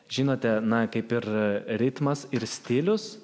žinote na kaip ir ritmas ir stilius